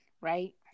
Right